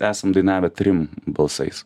esam dainavę trim balsais